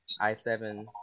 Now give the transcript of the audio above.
i7